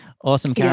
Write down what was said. Awesome